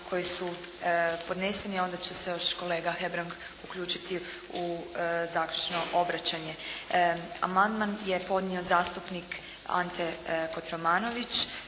koji su podneseni, a onda će se još kolega Hebrang uključiti u zaključno obraćanje. Amandman je podnio zastupnik Ante Kotromanović